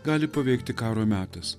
gali paveikti karo metas